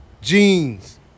jeans